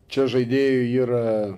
čia žaidėjui yra